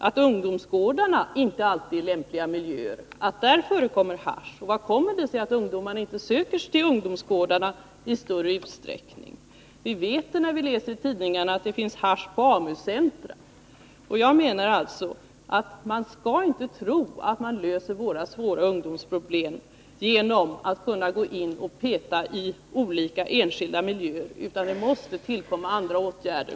att ungdomsgårdarna inte alltid är lämpliga miljöer, att där förekommer hasch. Vad kommer det sig annars att ungdomarna inte söker sig till ungdomsgårdarna i större utsträckning? Vi får också läsa i tidningarna att det finns hasch på AMU-centra. Jag menar att man inte skall tro att man löser våra svåra ungdomsproblem genom att gå in och peta i olika enskilda miljöer, utan det måste till andra åtgärder.